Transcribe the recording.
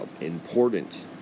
important